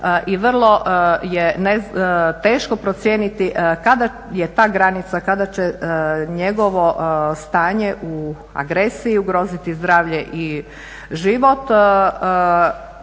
i vrlo je teško procijeniti kada je ta granica, kad će njegovo stanje u agresiji ugroziti zdravlje i život